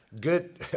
Good